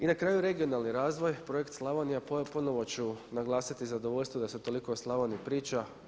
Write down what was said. I na kraju regionalni razvoj, Projekt Slavonija, ponovo ću naglasiti zadovoljstvo da se toliko o Slavoniji priča.